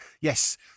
yes